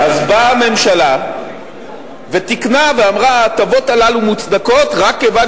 אז באה הממשלה ותיקנה ואמרה: ההטבות הללו מוצדקות רק כיוון